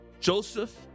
Joseph